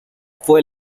fue